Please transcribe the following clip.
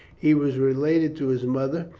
he was related to his mother,